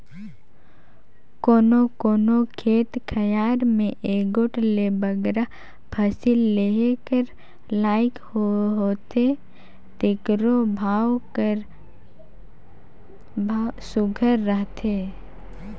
कोनो कोनो खेत खाएर में एगोट ले बगरा फसिल लेहे कर लाइक होथे तेकरो भाव हर सुग्घर रहथे